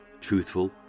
truthful